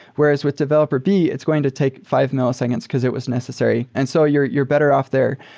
whereas with developer b, it's going to take five milliseconds because it was necessary. and so you're you're better off there.